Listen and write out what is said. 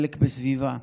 חלק בסביבה.